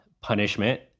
punishment